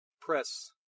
press